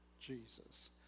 Jesus